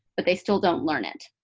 but they still don't learn it,